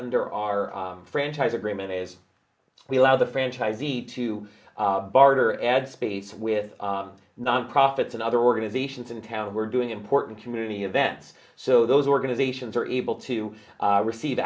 under our franchise agreement is we allow the franchisee to barter ad space with non profits and other organizations in town we're doing important community events so those organizations are able to receive